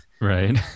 right